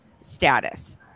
status